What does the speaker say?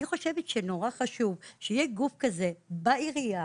אני חושבת שנורא חשוב שיהיה גוף כזה בעירייה,